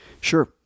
Sure